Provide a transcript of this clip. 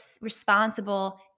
responsible